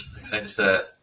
excited